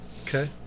okay